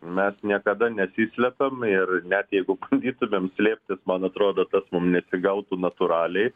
mes niekada nesislepiam ir net jeigu bandytumėm slėptis man atrodo tas mum neatsigautų natūraliai